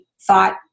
thought